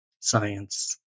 science